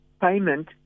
payment